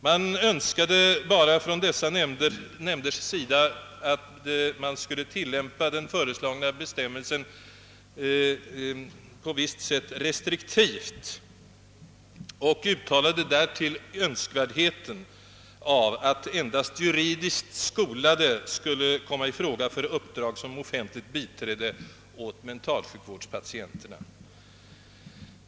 Man önskade bara från dessa nämnders sida att man skulle t:llämpa den föreslagna bestämmelsen med viss restriktivitet. Man uttalade därtill önskvärdheten av att endast juridiskt skolade skulle komma i fråga för uppdrag som offentligt biträde åt mentalsjukvårdspatienter.